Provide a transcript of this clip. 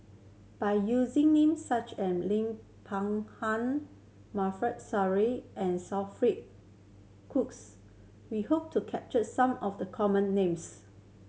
by using names such an Lim Peng Han and Cookes we hope to capture some of the common names